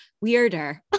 weirder